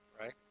Right